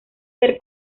ser